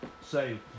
Say